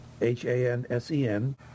H-A-N-S-E-N